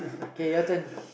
okay your turn